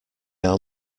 are